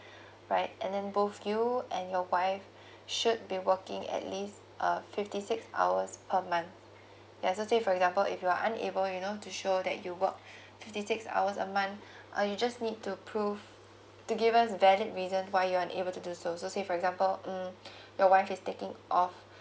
right and then both you and your wife should be working at least uh fifty six hours per month yeah so say for example if you're are unable you know to show that you work fifty six hours a month uh you just need to prove to give us valid reason why you're unable to do so say for example mm your wife is taking off